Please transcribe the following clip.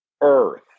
Earth